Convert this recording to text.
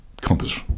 compass